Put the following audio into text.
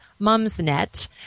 Mumsnet